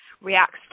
reacts